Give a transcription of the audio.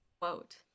quote